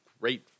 great